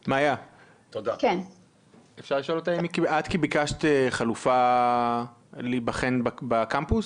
מאיה, את ביקשת חלופה להיבחן בקמפוס?